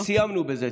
סיימנו בזה.